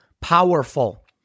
powerful